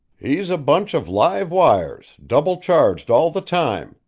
he's a bunch of live wires, double-charged all the time,